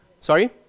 Sorry